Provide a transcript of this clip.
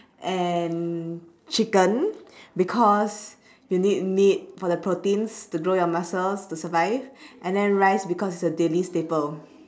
and chicken because you need meat for the proteins to grow your muscles to survive and then rice because is a daily staple